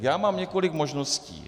Já mám několik možností.